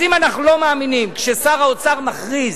אז אם אנחנו לא מאמינים כששר האוצר מכריז,